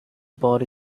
about